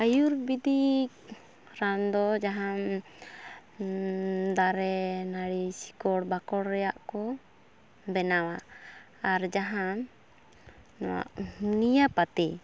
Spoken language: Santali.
ᱟᱭᱩᱨᱵᱤᱫᱤᱠ ᱨᱟᱱ ᱫᱚ ᱡᱟᱦᱟᱱ ᱫᱟᱨᱮ ᱱᱟᱹᱲᱤ ᱥᱤᱠᱚᱲ ᱵᱟᱠᱚᱲ ᱨᱮᱦᱭᱟᱜ ᱠᱚ ᱵᱮᱱᱟᱣᱟ ᱟᱨ ᱡᱟᱦᱟᱱ ᱦᱳᱢᱤᱭᱳᱯᱟᱹᱛᱤ